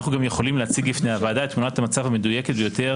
אנחנו גם יכולים להציג בפני הוועדה את תמונת המצב המדויקת ביותר